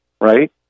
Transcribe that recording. right